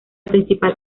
principal